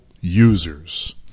users